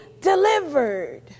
delivered